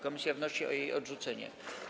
Komisja wnosi o jej odrzucenie.